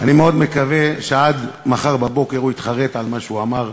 אני מאוד מקווה שעד מחר בבוקר הוא יתחרט על מה שהוא אמר,